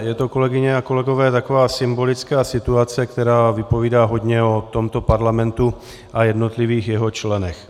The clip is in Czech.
Je to, kolegyně a kolegové, taková symbolická situace, která vypovídá hodně o tomto parlamentu a jednotlivých jeho členech.